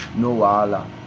no, allah,